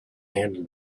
handled